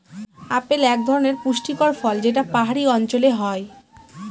apple এক ধরনের পুষ্টিকর ফল যেটা পাহাড়ি অঞ্চলে হয়